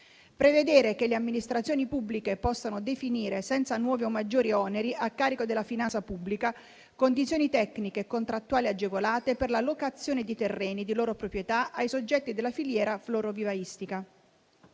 prevedere che le amministrazioni pubbliche possano definire, senza nuovi o maggiori oneri a carico della finanza pubblica, condizioni tecniche e contrattuali agevolate per la locazione di terreni di loro proprietà ai soggetti della filiera florovivaistica.